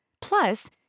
Plus